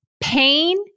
pain